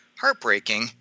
heartbreaking